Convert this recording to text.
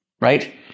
right